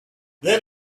then